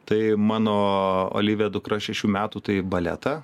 tai mano olivija dukra šešių metų tai į baletą